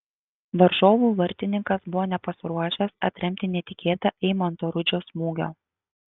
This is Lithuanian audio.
varžovų vartininkas buvo nepasiruošęs atremti netikėtą eimanto rudžio smūgio